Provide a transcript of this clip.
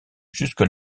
jusque